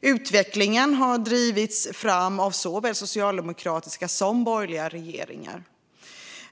Utvecklingen har drivits fram av såväl socialdemokratiska som borgerliga regeringar.